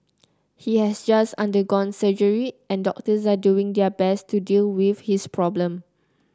he has just undergone surgery and doctors are doing their best to deal with his problem